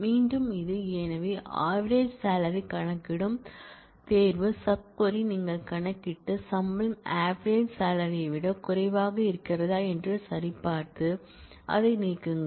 மீண்டும் இது எனவே ஆவரேஜ் சாலரி கணக்கிடும் தேர்வு சப் க்வரி நீங்கள் கணக்கிட்டு சம்பளம் ஆவரேஜ் சாலரி விட குறைவாக இருக்கிறதா என்று சரிபார்த்து அதை நீக்குங்கள்